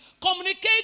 Communicate